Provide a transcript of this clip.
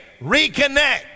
reconnect